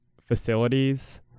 facilities